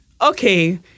okay